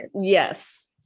yes